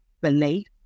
belief